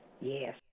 Yes